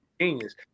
Genius